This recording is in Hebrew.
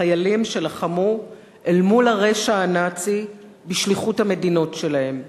החיילים שלחמו אל מול הרשע הנאצי בשליחות המדינות שלהם.